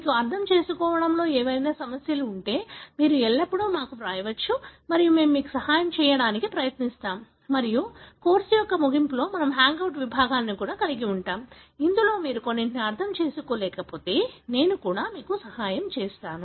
మీకు అర్థం చేసుకోవడంలో ఏవైనా సమస్యలు ఉంటే మీరు ఎల్లప్పుడూ మాకు వ్రాయవచ్చు మరియు మేము మీకు సహాయం చేయడానికి ప్రయత్నిస్తాము మరియు కోర్సు యొక్క ముగింపులో మనము హ్యాంగ్అవుట్ విభాగాలను కలిగి ఉంటాము ఇందులో మీరు ఇంకా కొన్నింటిని అర్థం చేసుకోలేకపోతే నేను కూడా మీకు సహాయం చేస్తాను